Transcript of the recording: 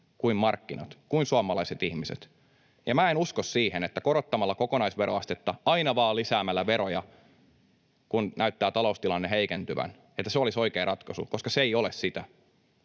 kuin markkinat, kuin suomalaiset ihmiset. Minä en usko siihen, että kokonaisveroasteen korottaminen, aina vaan verojen lisääminen, kun näyttää taloustilanne heikentyvän, olisi oikea ratkaisu, koska se ei ole sitä.